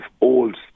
old